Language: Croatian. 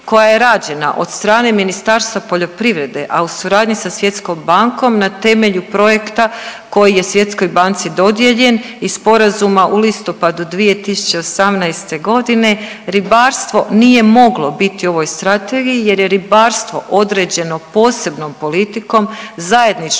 koja je rađena od strane Ministarstva poljoprivrede, a u suradnji sa Svjetskom bankom na temelju projekta koji je Svjetskoj banci dodijeljen i sporazuma u listopadu 2018.g. ribarstvo nije moglo biti u ovoj strategiji jer je ribarstvo određeno posebnom politikom zajedničkom